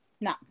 no